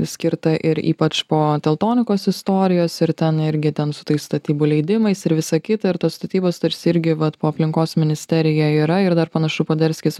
skirta ir ypač po teltonikos istorijos ir ten irgi ten su tais statybų leidimais ir visa kita ir tos statybos tarsi irgi vat po aplinkos ministerija yra ir dar panašu poderskis